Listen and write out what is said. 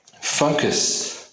focus